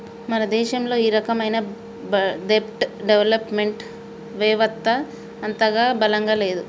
మన దేశంలో ఈ రకమైన దెబ్ట్ డెవలప్ మెంట్ వెవత్త అంతగా బలంగా లేదు